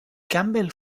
campbell